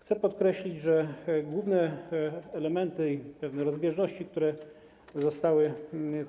Chcę podkreślić, że główne elementy, pewne rozbieżności, które zostały